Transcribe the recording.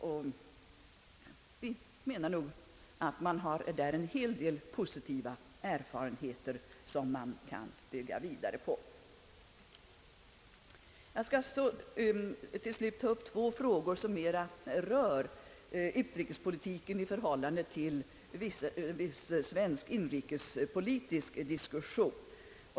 Vi menar därtill, att man redan vunnit en hel del positiva erfarenheter, som FN kan bygga vidare på. Jag skall så till slut ta upp två frågor, som mera rör utrikespolitiken i förhållande till viss svensk inrikespolitisk diskussion.